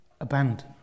abandoned